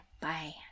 Bye